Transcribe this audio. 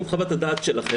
מול חוות הדעת שלכם,